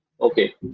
Okay